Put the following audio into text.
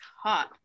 Hot